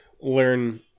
learn